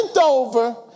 over